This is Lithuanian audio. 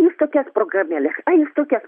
jūs tokia progamėle ai jūs tokia